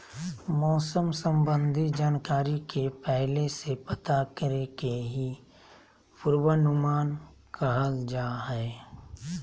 मौसम संबंधी जानकारी के पहले से पता करे के ही पूर्वानुमान कहल जा हय